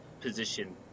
position